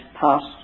passed